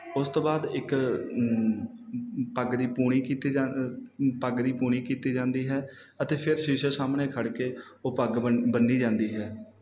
ਉਸ ਤੋਂ ਬਾਅਦ ਇੱਕ ਪੱਗ ਦੀ ਪੂਣੀ ਕੀਤੀ ਜਾ ਪੱਗ ਦੀ ਪੂਣੀ ਕੀਤੀ ਜਾਂਦੀ ਹੈ ਅਤੇ ਫਿਰ ਸ਼ੀਸ਼ੇ ਸਾਹਮਣੇ ਖੜ੍ਹ ਕੇ ਉਹ ਪੱਗ ਬੰ ਬੰਨੀ ਜਾਂਦੀ ਹੈ